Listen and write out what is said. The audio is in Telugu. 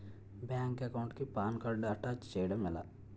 బ్యాంక్ అకౌంట్ కి పాన్ కార్డ్ అటాచ్ చేయడం ఎలా?